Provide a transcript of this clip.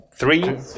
Three